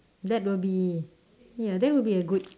that will be ya that will be a good